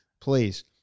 please